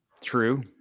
True